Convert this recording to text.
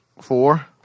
Four